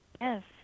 yes